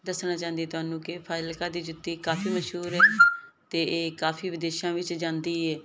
ਦੱਸਣਾ ਚਾਹੁੰਦੀ ਤੁਹਾਨੂੰ ਕਿ ਫ਼ਾਜ਼ਿਲਕਾ ਦੀ ਜੁੱਤੀ ਕਾਫ਼ੀ ਮਸ਼ਹੂਰ ਹੈ ਅਤੇ ਇਹ ਕਾਫ਼ੀ ਵਿਦੇਸ਼ਾਂ ਵਿੱਚ ਜਾਂਦੀ ਹੈ